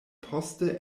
poste